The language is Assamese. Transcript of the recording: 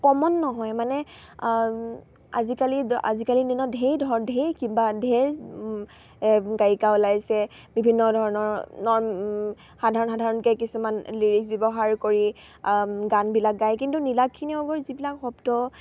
কমন নহয় মানে আজিকালি আজিকালি দিনত ঢেৰ কিবা ঢেৰ গায়িকা ওলাইছে বিভিন্ন ধৰণৰ নৰ্ম সাধাৰণ সাধাৰণকে কিছুমান লিৰিক্স ব্যৱহাৰ কৰি গানবিলাক গায় কিন্তু নীলাক্ষী নেওগৰ যিবিলাক শব্দ